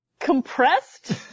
compressed